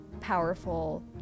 powerful